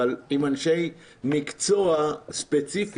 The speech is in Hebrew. אבל עם אנשי מקצוע ספציפית,